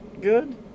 good